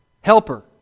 Helper